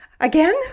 again